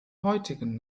heutigen